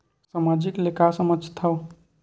सामाजिक ले का समझ थाव?